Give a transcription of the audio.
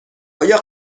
آیا